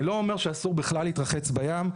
אני לא אומר שאסור בכלל להתרחץ בים,